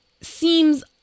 seems